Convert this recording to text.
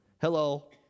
Hello